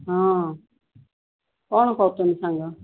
ହଁ କ'ଣ କରୁଛନ୍ତି ସାଙ୍ଗ